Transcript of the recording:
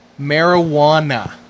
Marijuana